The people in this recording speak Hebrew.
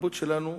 התרבות שלנו,